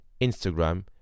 Instagram